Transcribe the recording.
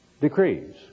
decrees